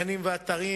גנים ואתרים,